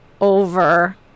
over